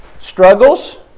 struggles